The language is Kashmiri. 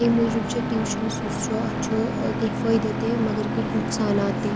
امہِ موجوٗب چھ ٹیوٗشنس یُس چھُ اتھ چھُ کینٛہہ فٲیدٕ تہِ مگر کینٛہہ نقصانات تہِ